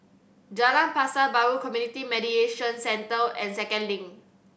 Jalan Pasar Baru Community Mediation Centre and Second Link